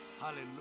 Hallelujah